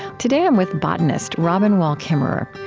today i'm with botanist robin wall kimmerer.